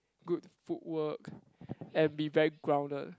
good foot work and be very grounded